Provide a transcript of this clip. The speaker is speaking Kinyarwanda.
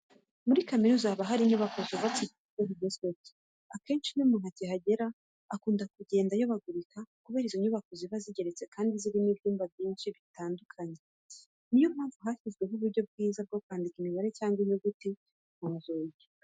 Muri kaminuza haba hari inyubako zubutse ku buryo bugezweho. Akenshi iyo umuntu akihagera akunda kugenda ayobagurika kubera ko izo nyubako ziba zigeretse kandi zirimo ibyumba byinshi bibangikanye. Ni yo mpamvu hashyizweho uburyo bwiza bwo kwandika imibare cyangwa inyuguti ku nzugi.